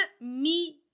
mi